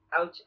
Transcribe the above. Ouch